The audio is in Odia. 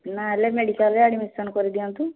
ନ ହେଲେ ମେଡ଼ିକାଲ୍ରେ ଆଡ଼୍ମିସନ୍ କରିଦିଅନ୍ତୁ